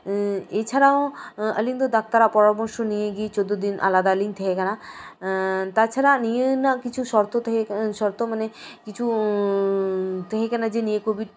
ᱮᱭ ᱪᱷᱟᱲᱟᱣ ᱟᱹᱞᱤᱧ ᱫᱚ ᱰᱟᱠᱛᱟᱨᱟᱜ ᱯᱚᱨᱟᱢᱚᱨᱥᱚ ᱱᱤᱭᱮ ᱜᱮ ᱪᱳᱫᱫᱽᱳ ᱫᱤᱱ ᱟᱞᱟᱫᱟ ᱞᱤᱧ ᱛᱟᱦᱮᱸ ᱠᱟᱱᱟ ᱛᱟᱪᱷᱟᱲᱟ ᱱᱤᱭᱟᱹ ᱨᱮᱱᱟᱜ ᱠᱤᱪᱷᱩ ᱥᱚᱨᱛᱚ ᱛᱟᱦᱮᱸ ᱠᱟᱱᱟ ᱥᱚᱨᱛᱚ ᱢᱟᱱᱮ ᱛᱟᱸᱦᱮ ᱠᱟᱱᱟ ᱡᱮ ᱱᱤᱭᱟᱹ ᱠᱚᱵᱷᱤᱰ